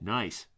nice